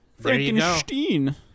Frankenstein